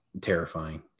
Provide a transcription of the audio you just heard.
terrifying